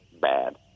bad